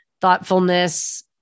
thoughtfulness